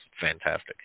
fantastic